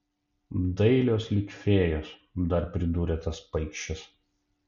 dailios lyg fėjos dar pridūrė tas paikšis